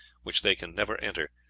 which they can never enter.